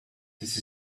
this